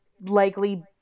likely